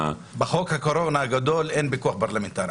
בחוק הקורונה הגדול אין פיקוח פרלמנטרי.